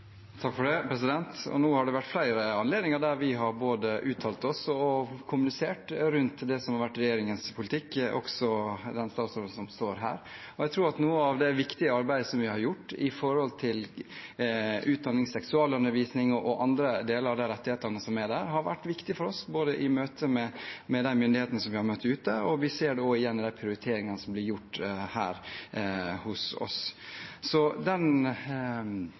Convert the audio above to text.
Det har vært flere anledninger der vi har både uttalt oss og kommunisert rundt det som har vært regjeringens politikk, også fra den statsråden som står her. Jeg tror at noe av det viktige arbeidet vi har gjort med hensyn til utdanning, seksualundervisning og andre deler av de rettighetene som er der, har vært viktig for oss i møte med myndighetene ute. Vi ser det også igjen i de prioriteringene som blir gjort her hos oss. Den politikken som regjeringen fører, ligger fast, og den